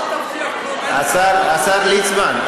אל תבטיח כלום, השר ליצמן,